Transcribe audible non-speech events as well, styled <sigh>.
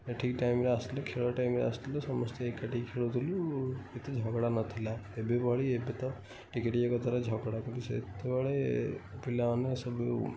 <unintelligible> ଠିକ୍ ଟାଇମ୍ରେ ଆସୁଥିଲେ ଖେଳ ଟାଇମ୍ରେ ଆସୁଥିଲେ ସମସ୍ତେ ଏକାଠି ଖେଳୁଥିଲୁ ଏତେ ଝଗଡ଼ା ନଥିଲା ଏବେ ଭଳି ଏବେ ତ ଟିକେ ଟିକେ କଥାରେ ଝଗଡ଼ା କିନ୍ତୁ ସେତେବେଳେ ପିଲାମାନେ ସବୁ